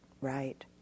right